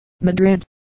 Madrid